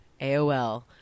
AOL